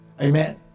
Amen